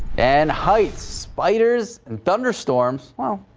and heights spiders and thunderstorms well,